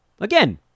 Again